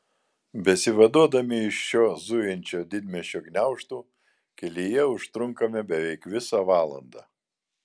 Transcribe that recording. besivaduodami iš šio zujančio didmiesčio gniaužtų kelyje užtrunkame beveik visą valandą